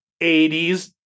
80s